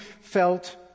felt